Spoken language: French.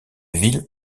ville